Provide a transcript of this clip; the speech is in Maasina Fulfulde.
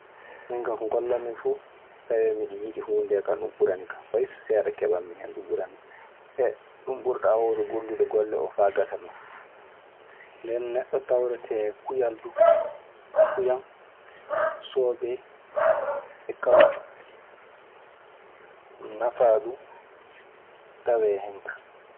Min ka ko ngollammi fu tawee miɗe yiɗi huunde ndee kaa ɗun ɓurani kan fay so seeɗa keɓanmi hen ɗun ɓurani kan. ɗun ɓurɗaa waawde gollude golle oo faa gasa non. Nden neɗɗo tawrete kuyal du. Kuyan, soobee e kawju. Nafaa du tawee hen kaa.